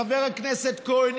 חבר הכנסת כהן,